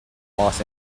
los